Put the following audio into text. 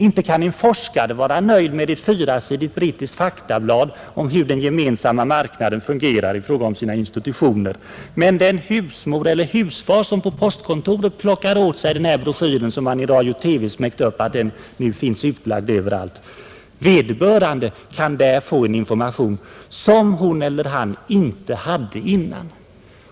Inte kan en forskare vara nöjd med ett fyrasidigt brittiskt faktablad om hur den Gemensamma marknaden fungerar i fråga om sina institutioner. Men den husmor eller den husfar, som på postkontoret plockar åt sig denna broschyr som finns utlagd överallt, kan där få en information som hon eller han inte hade tidigare.